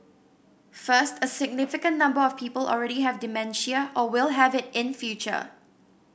first a significant number of people already have dementia or will have it in future